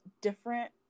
different